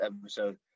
episode